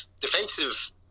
defensive